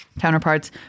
counterparts